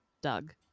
Doug